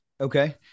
Okay